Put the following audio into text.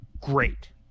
great